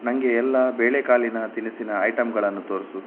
ನನಗೆ ಎಲ್ಲ ಬೇಳೆಕಾಳಿನ ತಿನಿಸಿನ ಐಟಮ್ಗಳನ್ನು ತೋರಿಸು